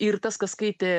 ir tas kas skaitė